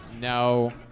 no